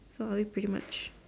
so are we pretty much